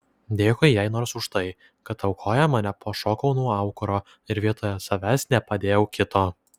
dėkui jai nors už tai kad aukojama nepašokau nuo aukuro ir vietoje savęs nepadėjau kito